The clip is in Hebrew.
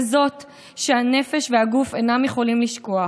כזאת שהנפש והגוף אינם יכולים לשכוח.